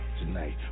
tonight